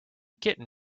kitten